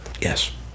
Yes